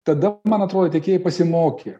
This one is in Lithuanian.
tada man atrodo tikėjai pasimokė